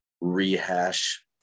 rehash